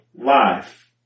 life